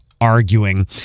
arguing